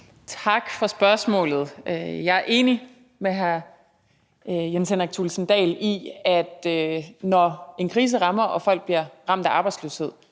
Tak for spørgsmålet. Jeg er enig med hr. Jens Henrik Thulesen Dahl i, at når en krise rammer og folk bliver ramt af arbejdsløshed,